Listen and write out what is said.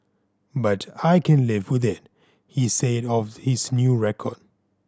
but I can live with it he said of his new record